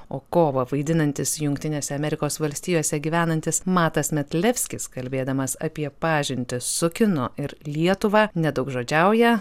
o kovą vaidinantis jungtinėse amerikos valstijose gyvenantis matas metlevskis kalbėdamas apie pažintis su kinu ir lietuva nedaugžodžiauja